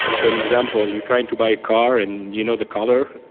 so an example, you're trying to buy a car and you know the color,